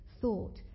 thought